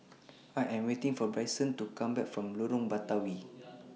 I Am waiting For Bryson to Come Back from Lorong Batawi